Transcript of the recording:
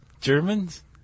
Germans